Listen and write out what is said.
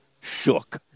shook